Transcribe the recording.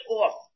off